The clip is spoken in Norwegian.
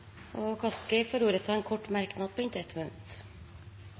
får ordet til en kort merknad, begrenset til 1 minutt.